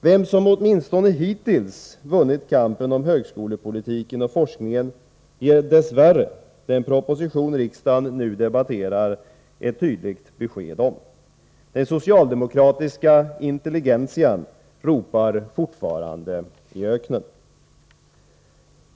Vem som åtminstone hittills vunnit kampen om högskolepolitiken och forskningen ger dess värre den proposition riksdagen nu debatterar ett tydligt besked om. Den socialdemokratiska intelligentian ropar fortfarande i öknen.